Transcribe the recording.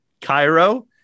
cairo